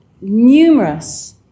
numerous